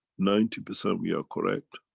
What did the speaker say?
ninety percent we are correct.